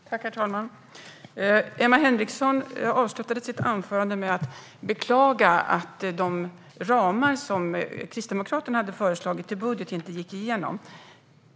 Herr talman! Emma Henriksson avslutade sitt anförande med att beklaga att de budgetramar som Kristdemokraterna hade föreslagit inte gick igenom.